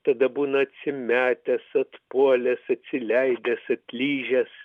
tada būna atsimetęs atpuolęs atsileidęs atlyžęs